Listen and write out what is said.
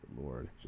lord